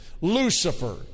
Lucifer